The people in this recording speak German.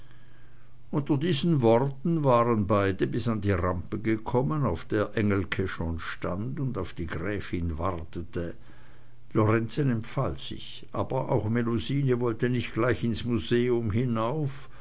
unter diesen worten waren beide bis an die rampe gekommen auf der engelke schon stand und auf die gräfin wartete lorenzen empfahl sich aber auch melusine wollte nicht gleich ins museum hinauf